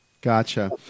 Gotcha